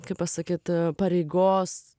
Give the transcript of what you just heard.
kaip pasakyt pareigos